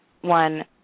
one